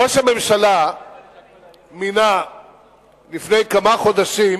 ראש הממשלה מינה לפני כמה חודשים